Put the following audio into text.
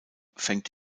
fängt